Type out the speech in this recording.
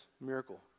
miracle